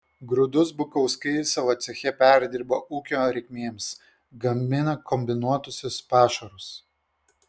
grūdus bukauskai savo ceche perdirba ūkio reikmėms gamina kombinuotuosius pašarus